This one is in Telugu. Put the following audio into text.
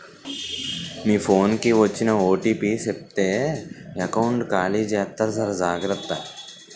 మీ ఫోన్ కి వచ్చిన ఓటీపీ చెప్తే ఎకౌంట్ ఖాళీ జెత్తారు జర జాగ్రత్త